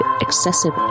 excessive